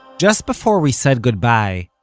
just before we said goodbye,